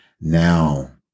now